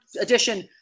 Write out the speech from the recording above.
edition